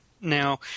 Now